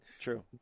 True